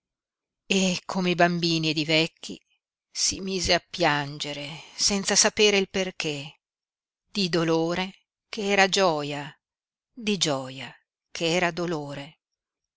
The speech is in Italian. e come i bambini ed i vecchi si mise a piangere senza sapere il perché di dolore ch'era gioia di gioia ch'era dolore